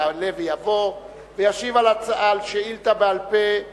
יעלה ויבוא וישיב על שאילתא בעל-פה מס'